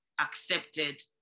accepted